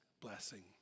blessing